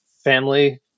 family